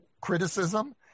criticism